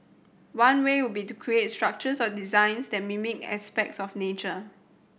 one way would be to create structures or designs that mimic aspects of nature